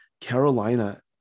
Carolina